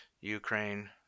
Ukraine